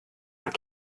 not